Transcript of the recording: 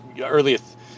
earliest